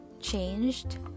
changed